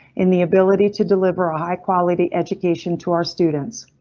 in the ability to deliver a high quality education to our students.